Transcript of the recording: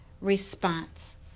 response